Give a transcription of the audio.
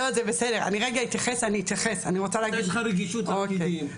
יש לך רגישות לפקידים,